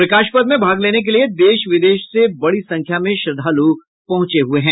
प्रकाश पर्व में भाग लेने के लिए देश विदेश से बड़ी संख्या में श्रद्धालु पहुंचे हुए हैं